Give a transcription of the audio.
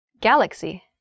Galaxy